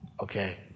Okay